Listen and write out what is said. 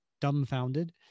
dumbfounded